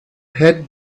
had